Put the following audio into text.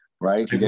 right